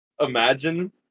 Imagine